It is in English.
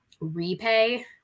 repay